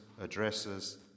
addresses